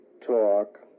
talk